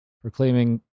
proclaiming